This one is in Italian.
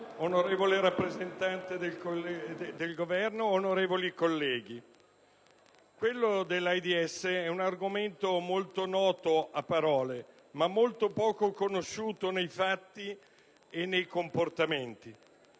onorevole rappresentante del Governo, onorevoli colleghi, il tema dell'AIDS è molto noto a parole, ma molto poco conosciuto nei fatti e nei comportamenti.